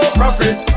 profit